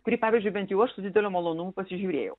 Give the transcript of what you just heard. kurį pavyzdžiui bent jau aš su dideliu malonumu pasižiūrėjau